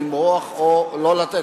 למרוח או לא לתת,